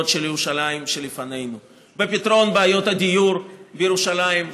של ירושלים שלפנינו: בפתרון בעיית הדיור בירושלים,